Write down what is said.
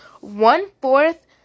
One-fourth